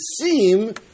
seem